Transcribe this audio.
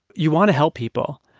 you want to help people.